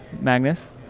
Magnus